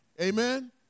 amen